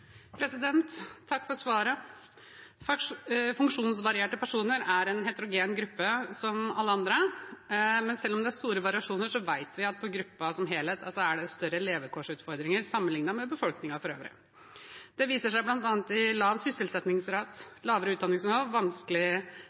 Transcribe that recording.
Takk for svaret. Funksjonsvarierte personer er en heterogen gruppe som alle andre, men selv om det er store variasjoner, vet vi at for gruppen som helhet er det større levekårsutfordringer sammenlignet med befolkningen for øvrig. Det viser seg bl.a. i lav sysselsettingsrate, lavere